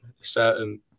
certain